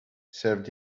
served